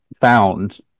found